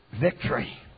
victory